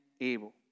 able